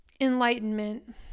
Enlightenment